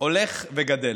הולך וגדל.